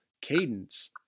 cadence